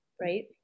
right